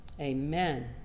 amen